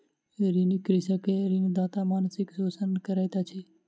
ऋणी कृषक के ऋणदाता मानसिक शोषण करैत अछि